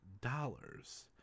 dollars